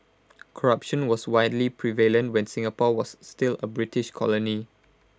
corruption was widely prevalent when Singapore was still A British colony